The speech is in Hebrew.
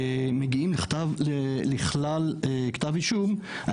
מגיעים לכלל כתב אישום,